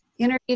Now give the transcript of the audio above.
interview